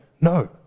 No